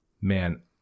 Man